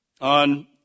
on